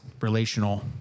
relational